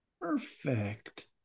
Perfect